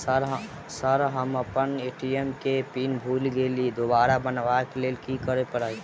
Sir हम अप्पन ATM केँ पिन भूल गेल छी दोबारा बनाबै लेल की करऽ परतै?